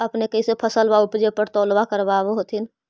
अपने कैसे फसलबा उपजे पर तौलबा करबा होत्थिन?